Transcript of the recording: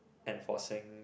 enforcing